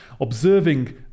observing